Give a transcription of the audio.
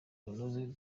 bunoze